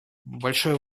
большое